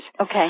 Okay